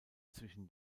zwischen